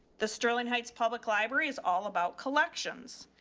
the sterling heights public library is all about collections.